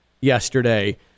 yesterday